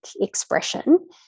expression